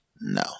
No